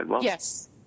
yes